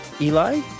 Eli